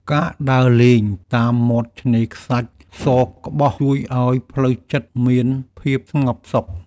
ការដើរលេងតាមមាត់ឆ្នេរខ្សាច់សក្បុស ជួយឱ្យផ្លូវចិត្តមានភាពស្ងប់សុខ។